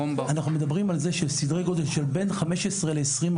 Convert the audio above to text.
אנחנו מדברים על סדרי גודל שבין 15%-20%